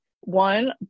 One